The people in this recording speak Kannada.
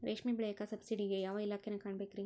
ರೇಷ್ಮಿ ಬೆಳಿಯಾಕ ಸಬ್ಸಿಡಿಗೆ ಯಾವ ಇಲಾಖೆನ ಕಾಣಬೇಕ್ರೇ?